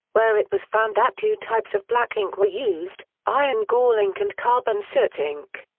where it was found that two types of black ink were used iron-gall ink and carbon soot ink.